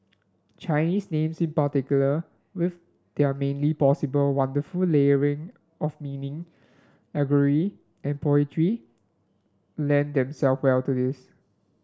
Chinese names in particular with their many possible wonderful of meaning allegory and poetry lend them self well to this